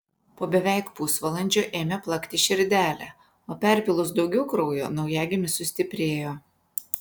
po beveik pusvalandžio ėmė plakti širdelė o perpylus daugiau kraujo naujagimis sustiprėjo